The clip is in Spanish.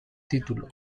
título